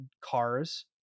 cars